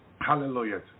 Hallelujah